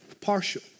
partial